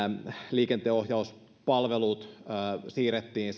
liikenteenohjauspalvelut siirrettiin